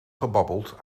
gebabbeld